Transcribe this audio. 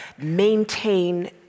maintain